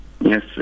Yes